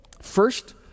First